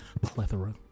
plethora